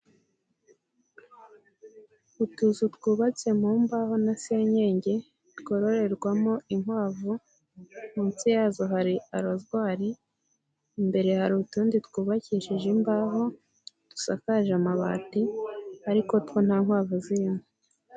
Utuzu twubatse mu mbaho na senyenge twororerwamo inkwavu, munsi yazo hari arozwari, imbere hari utundi twubakishije imbaho dusakaje amabati ariko two nta nkwavu zirimo.